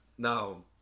Now